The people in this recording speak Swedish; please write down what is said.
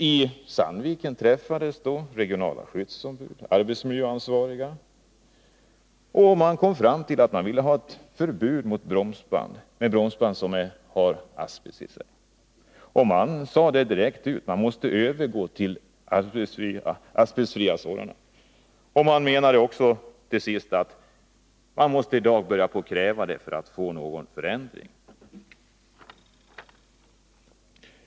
I Sandviken träffades regionala skyddsombud och arbetsmiljöansvariga och kom fram till att man ville ha förbud mot bromsband som innehåller asbest. Man sade alltså direkt ut att man måste övergå till asbestfria sådana. Man menade också att man i dag måste kräva detta för att få någon förändring.